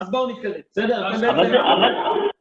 אז בואו נתקדם, בסדר.